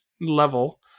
level